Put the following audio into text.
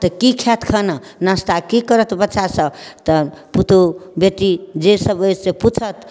तऽ की खायत खाना नाश्ता की करत बच्चा सब तऽ पुतहु बेटी जे सब अछि से पूछत